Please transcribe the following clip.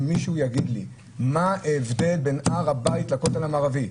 שמישהו יגיד לי מה ההבדל בין הר הבית לכותל המערבי,